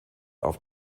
auf